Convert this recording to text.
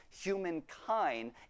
Humankind